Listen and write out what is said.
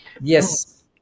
Yes